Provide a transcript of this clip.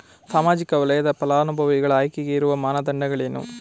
ಸಾಮಾಜಿಕ ವಲಯದ ಫಲಾನುಭವಿಗಳ ಆಯ್ಕೆಗೆ ಇರುವ ಮಾನದಂಡಗಳೇನು?